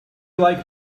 like